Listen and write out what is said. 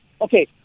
Okay